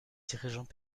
dirigeants